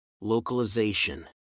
localization